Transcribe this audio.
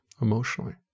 emotionally